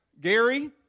Gary